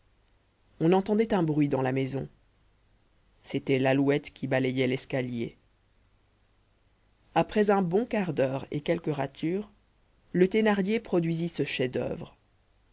on entendait un bruit dans la maison c'était l'alouette qui balayait l'escalier après un bon quart d'heure et quelques ratures le thénardier produisit ce chef-d'oeuvre